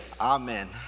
amen